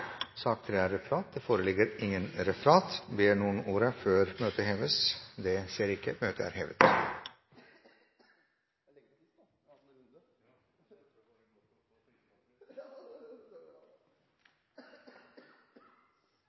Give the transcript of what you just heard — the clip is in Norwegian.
sak nr. 2 ferdigbehandlet. Det foreligger ikke noe referat. Ber noen om ordet før møtet heves? – Møtet er hevet.